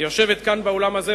היא יושבת כאן באולם הזה,